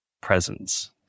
presence